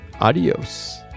Adios